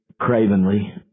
cravenly